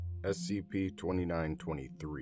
SCP-2923